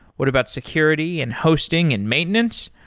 what about security and hosting and maintenance?